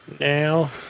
now